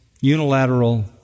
unilateral